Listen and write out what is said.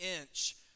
inch